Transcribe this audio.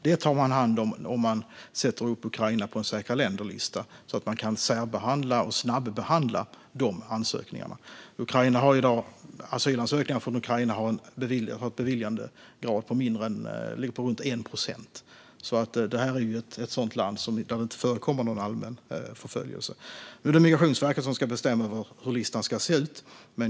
Det kan man ta hand om genom att sätta upp Ukraina på en säkra länder-lista, så att det går att särbehandla och snabbehandla de ansökningarna. När det gäller asylansökningar från Ukraina ligger beviljandegraden i dag på runt 1 procent. Det är ett land där det inte förekommer någon allmän förföljelse. Det är Migrationsverket som bestämmer hur listan ska se ut.